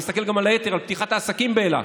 תסתכל גם על היתר, על פתיחת העסקים באילת.